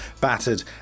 battered